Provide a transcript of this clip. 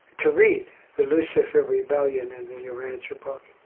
to read the lucifer rebellion and the urantia book